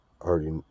already